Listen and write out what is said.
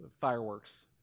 fireworks